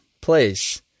place